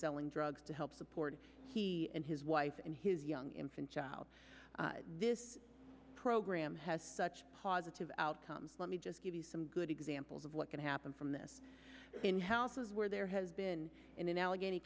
selling drugs to help support he and his wife and his young infant child this program has such a positive outcome let me just give you some good examples of what can happen from this in houses where there has been in allegheny